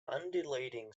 undulating